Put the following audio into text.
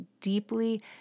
deeply